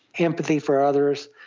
empathy for others,